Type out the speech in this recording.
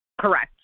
Correct